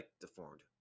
deformed